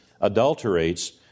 adulterates